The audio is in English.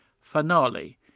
finale